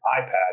iPad